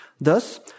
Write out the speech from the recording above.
Thus